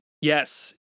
yes